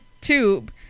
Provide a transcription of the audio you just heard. tube